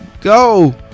go